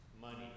money